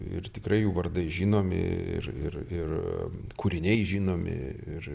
ir tikrai jų vardai žinomi ir ir ir kūriniai žinomi ir